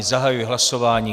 Zahajuji hlasování.